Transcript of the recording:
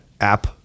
app